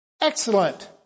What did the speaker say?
Excellent